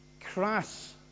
crass